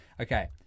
Okay